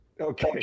okay